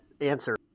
answer